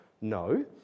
No